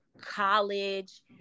college